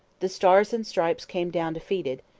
the stars and stripes came down defeated.